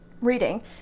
reading